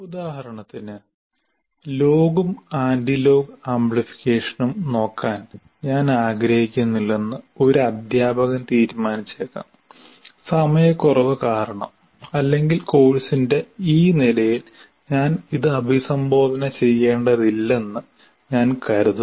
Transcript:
ഉദാഹരണത്തിന് ലോഗും ആന്റിലോഗ് ആംപ്ലിഫിക്കേഷനും നോക്കാൻ ഞാൻ ആഗ്രഹിക്കുന്നില്ലെന്ന് ഒരു അധ്യാപകൻ തീരുമാനിച്ചേക്കാം സമയക്കുറവ് കാരണം അല്ലെങ്കിൽ കോഴ്സിന്റെ ഈ നിലയിൽ ഞാൻ അത് അഭിസംബോധന ചെയ്യേണ്ടതില്ലെന്ന് ഞാൻ കരുതുന്നു